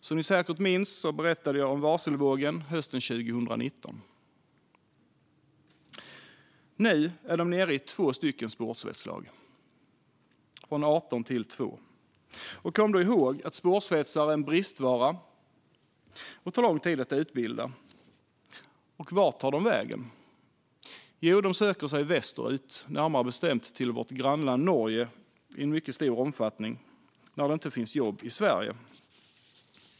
Som ni säkert minns berättade jag om varselvågen hösten 2019. Nu är man nere på två spårsvetslag. Kom då ihåg att spårsvetsare är ett bristyrke och tar lång tid att utbilda. Vart tar de vägen? Jo, de söker sig västerut, närmare bestämt till vårt grannland Norge, när det inte finns jobb i Sverige.